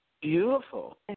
Beautiful